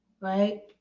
Right